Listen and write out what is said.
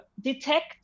detect